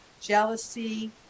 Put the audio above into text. jealousy